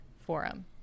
Forum